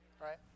Right